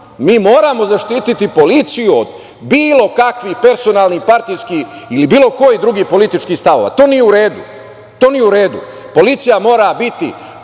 Mi moramo zaštiti policiju od bilo kakvih personalnih, partijskih ili bilo kojih drugih političkih stavova. To nije u redu. Policija mora biti